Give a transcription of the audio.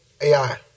AI